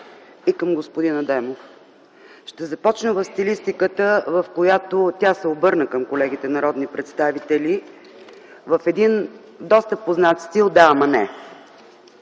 и към господин Адемов. Ще започна в стилистиката, в която тя се обърна към колегите народни представители в един доста познат стил: „Да, ама не!”